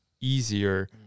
easier